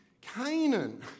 Canaan